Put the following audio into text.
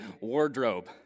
wardrobe